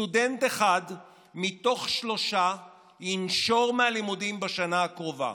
סטודנט אחד מתוך שלושה ינשור מהלימודים בשנה הקרובה